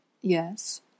Yes